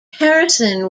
harrison